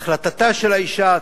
החלטתה של האשה,